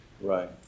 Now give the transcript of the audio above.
Right